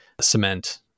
cement